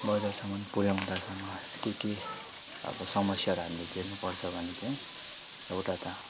बजारसम्मन पुऱ्याउँदासम्म के के अब समस्याहरू हामीले झेल्नु पर्छ भने चाहिँ एउटा त